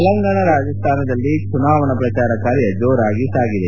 ತೆಲಂಗಾಣ ರಾಜಸ್ಥಾನದಲ್ಲಿ ಚುನಾವಣೆ ಪ್ರಚಾರ ಕಾರ್ಯ ಜೋರಾಗಿ ಸಾಗಿದೆ